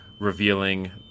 revealing